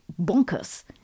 bonkers